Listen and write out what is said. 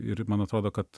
ir man atrodo kad